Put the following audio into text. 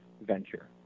venture